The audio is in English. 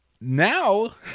Now